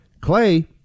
Clay